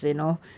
ya